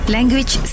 Language